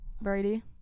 Brady